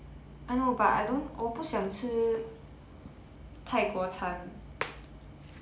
I know but I don't 我不想吃泰国餐